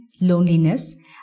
loneliness